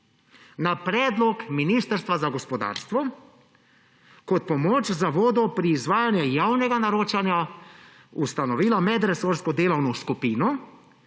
na predlog Ministrstva za gospodarstvo kot pomoč Zavodu pri izvajanju javnega naročanja ustanovila medresorsko delovno skupino